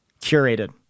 curated